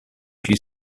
she